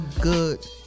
good